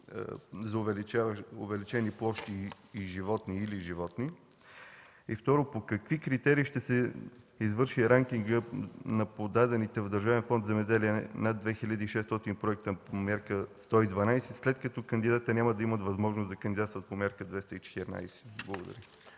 за увеличени площи и/или животни? Второ, по какви критерии ще се извърши ранкингът на подадените в Държавен фонд „Земеделие” над 2600 проекта по Мярка 112, след като кандидатите няма да имат възможност да кандидатстват по тази мярка? Благодаря.